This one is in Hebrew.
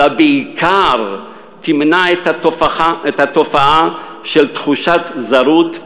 אלא בעיקר תמנע את התופעה של תחושת זרות,